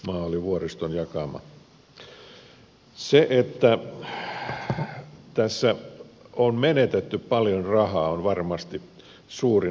se että tässä on menetetty paljon rahaa on varmasti suurin haitta